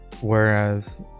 whereas